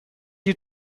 you